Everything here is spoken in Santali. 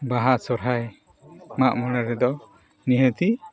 ᱵᱟᱦᱟ ᱥᱚᱦᱨᱟᱭ ᱢᱟᱜᱢᱚᱬᱮ ᱨᱮᱫᱚ ᱱᱤᱦᱟᱹᱛᱤ